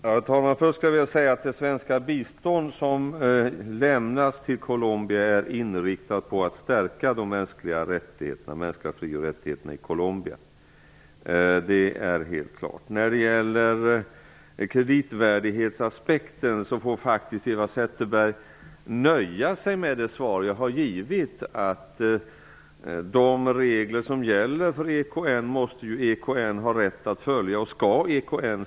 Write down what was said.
Herr talman! Först vill jag säga att det svenska bistånd som lämnas till Colombia är inriktat på att stärka de mänskliga fri och rättigheterna där. Det är helt klart. När det gäller kreditvärdighetsaspekten får Eva Zetterberg faktiskt nöja sig med det svar som jag har givit, nämligen att EKN har rätt att, och skall, följa de regler som gäller för EKN.